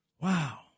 Wow